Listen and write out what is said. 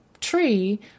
tree